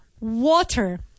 water